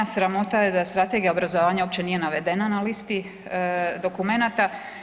Sramota je da je Strategija obrazovanja uopće nije navedena na listi dokumenata.